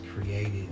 created